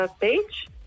page